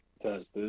test